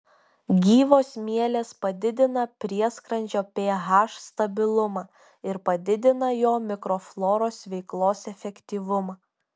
gyvos mielės padidina prieskrandžio ph stabilumą ir padidina jo mikrofloros veiklos efektyvumą